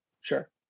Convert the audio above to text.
sure